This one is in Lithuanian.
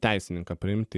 teisininką priimti